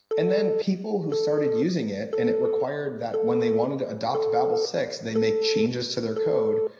and then, people who started using it, and it required that when they wanted to adopt babel six, they make changes to their code,